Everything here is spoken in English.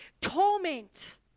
torment